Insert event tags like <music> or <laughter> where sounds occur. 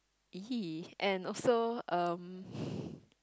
!ee! and also um <breath>